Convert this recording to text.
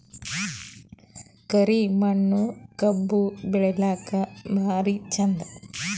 ಕರಿ ಮಣ್ಣು ಕಬ್ಬು ಬೆಳಿಲ್ಲಾಕ ಭಾರಿ ಚಂದ?